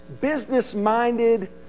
business-minded